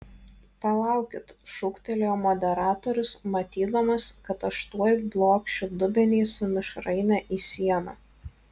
palaukit šūktelėjo moderatorius matydamas kad aš tuoj blokšiu dubenį su mišraine į sieną